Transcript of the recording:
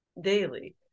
daily